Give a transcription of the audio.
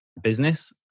business